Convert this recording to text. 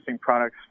products